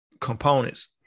components